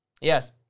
yes